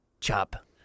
chop